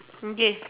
okay